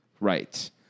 Right